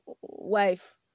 wife